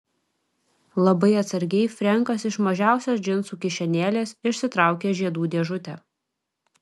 labai atsargiai frenkas iš mažiausios džinsų kišenėlės išsitraukė žiedų dėžutę